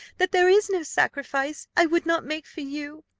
that there is no sacrifice i would not make for you.